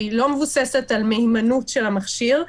לא מבוססת על מהימנות של המכשיר,